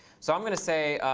so i'm going to say,